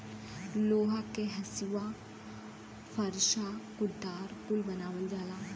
लोहा के हंसिआ फर्सा कुदार कुल बनावल जाला